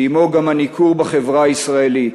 ועמו גם הניכור בחברה הישראלית.